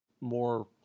more